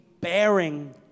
bearing